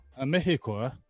Mexico